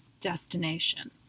destination